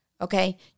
okay